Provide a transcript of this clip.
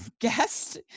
Guest